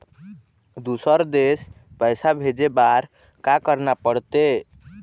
दुसर देश पैसा भेजे बार का करना पड़ते?